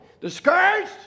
Discouraged